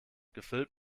gefüllt